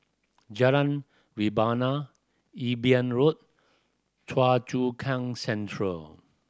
Jalan Rebana Imbiah Road Choa Chu Kang Central